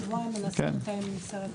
אז אולי כדאי להזמין את השר.